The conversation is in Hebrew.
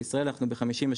בישראל אנחנו ב-53.5%